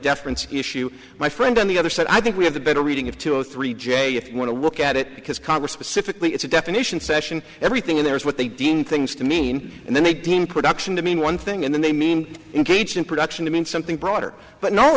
deference issue my friend on the other side i think we have a better reading of two zero three j if you want to look at it because congress specifically it's a definition session everything in there is what they deem things to mean and then they deem production to mean one thing and then they mean engage in production to mean something broader but no